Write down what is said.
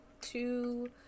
two